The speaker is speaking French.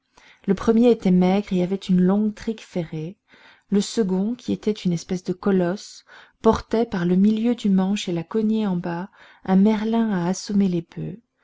le premier était maigre et avait une longue trique ferrée le second qui était une espèce de colosse portait par le milieu du manche et la cognée en bas un merlin à assommer les boeufs